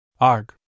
Arg